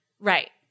Right